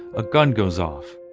a gun goes off.